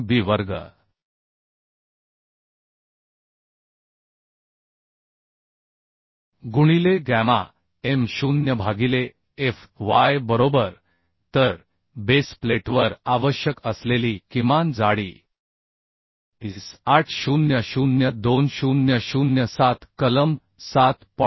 3 b वर्ग गुणिले gamma m0 भागिले f y बरोबर तर बेस प्लेटवर आवश्यक असलेली किमान जाडी IS800 2007कलम 7